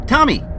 Tommy